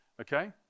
Okay